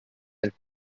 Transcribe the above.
had